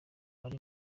ari